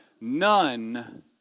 none